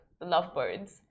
lovebirds